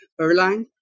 Erlang